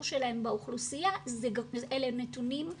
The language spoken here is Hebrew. שלהם באוכלוסייה אלה הם נתונים גבוהים,